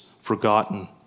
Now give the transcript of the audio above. forgotten